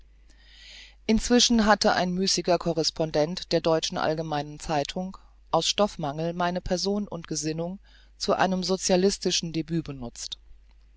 inzwischen hatte ein müßiger correspondent der deutschen allgemeinen zeitung aus stoffmangel meine person und gesinnung zu einem socialistischen debüt benutzt